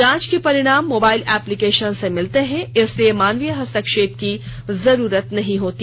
जांच के परिणाम मोबाइल ऐप्लीकेशन से मिलते हैं इसलिए मानवीय हस्तक्षेप की जरूरत नहीं होती